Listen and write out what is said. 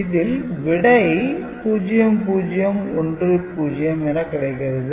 இதில் விடை 0010 என கிடைக்கிறது